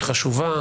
ההצעה.